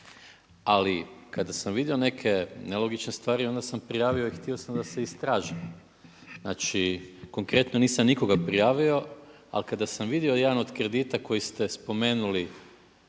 Ali kada sam vidio neke nelogičnosti onda sam prijavio i htio sam da se istraže. Znači konkretno nisam nikoga prijavio, ali kada sam vidio da jedan od kredita koji ste spomenuli